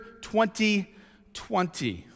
2020